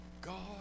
god